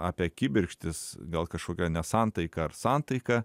apie kibirkštis gal kažkokią nesantaiką ar santaiką